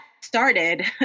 started